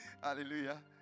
Hallelujah